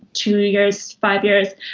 two years, five years,